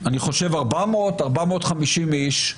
אני חושב 400, 450 איש.